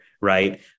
right